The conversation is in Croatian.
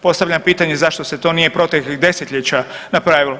Postavljam pitanje zašto se to nije proteklih desetljeća napravilo?